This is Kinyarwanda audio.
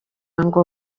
ngo